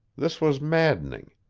this was maddening.